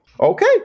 Okay